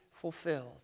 fulfilled